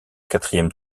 quatrième